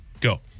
Go